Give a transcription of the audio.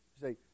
say